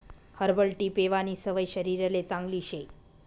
herbal tea पेवानी सवय शरीरले चांगली शे